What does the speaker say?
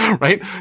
Right